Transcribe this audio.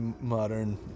modern